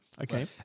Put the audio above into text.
Okay